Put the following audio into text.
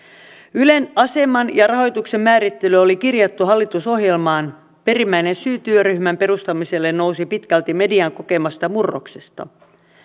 ylen aseman ja rahoituksen määrittely oli kirjattu hallitusohjelmaan perimmäinen syy työryhmän perustamiselle nousi pitkälti median kokemasta murroksesta